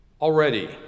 Already